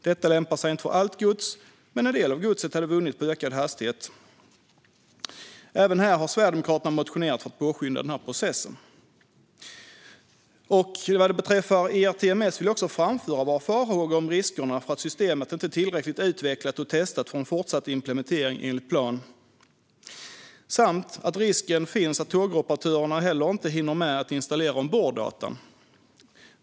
Detta lämpar sig inte för allt gods. Men en del av godset hade vunnit på ökad hastighet. Även här har Sverigedemokraterna motionerat för att påskynda processen. Vad beträffar ERTMS vill jag också framföra våra farhågor om riskerna för att systemet inte är tillräckligt utvecklat och testat för fortsatt implementering enligt plan. Dessutom finns risken för att tågoperatörerna inte hinner installera omborddatan.